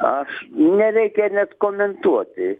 aš nereikia net komentuoti